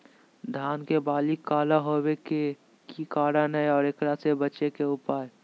धान के बाली काला होवे के की कारण है और एकरा से बचे के उपाय?